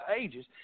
ages